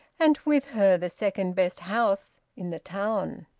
and with her the second best house in the town.